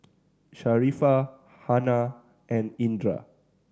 Sharifah Hana and Indra